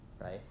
right